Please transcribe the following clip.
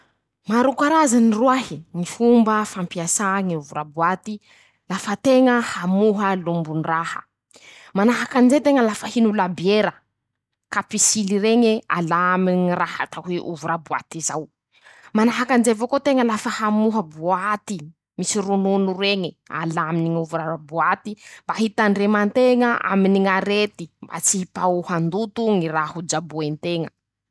Maro karazany roahy ñy fomba fampiasae ñ'ovra boaty lafa teña hamoha lombon-draha: -Manahaky anizay teña lafa hino labiera. kapisily reñe ala aminy ñy raha atao hoe ovra boaty zao; manahaky anizay avao koa teña lafa hamoha boity ;misy ronono reñe. alà aminy ñy ovra boaty mba hitandreman-teña aminy ñ'arety mba tsy ipahoan-doto ñy raha ho jaboen-teña.